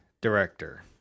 director